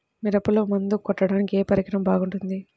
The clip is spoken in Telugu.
మిరపలో మందు కొట్టాడానికి ఏ పరికరం బాగుంటుంది?